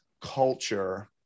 culture